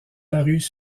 parus